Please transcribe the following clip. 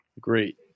great